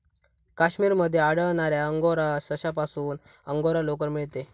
काश्मीर मध्ये आढळणाऱ्या अंगोरा सशापासून अंगोरा लोकर मिळते